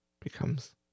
becomes